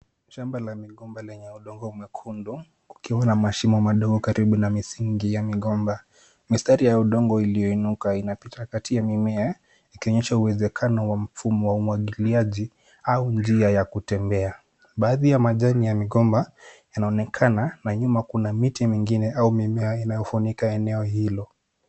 Shamba la migomba lenye udongo mwekundu, kukiwa na mashimo madogo karibu na misingi ya migomba. Mistari ya udongo iliyoinuka inapita kati ya mimea, ikionyesha uwezekano wa mfumo wa umwagiliaji au njia ya kutembea. Baadhi ya majani ya migomba yanaonekana, na nyuma kuna miti mingine au mimea inayofunika eneo hilo.